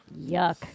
Yuck